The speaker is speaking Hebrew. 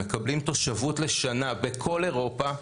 הם מקבלים תושבות לשנה בכל אירופה.